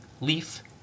leaf